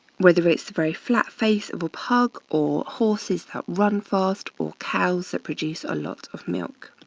whether it's the very flat face of a pug or horses that run fast or cows that produce a lot of milk.